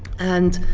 and